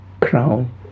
crown